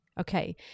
Okay